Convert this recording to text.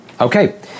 okay